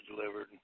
delivered